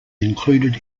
included